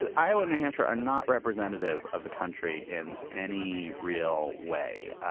ah iowa, new hampshire are not representative of the country in any real way,